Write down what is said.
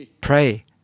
pray